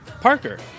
Parker